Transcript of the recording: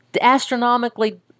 astronomically